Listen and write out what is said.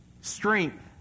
Strength